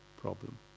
problem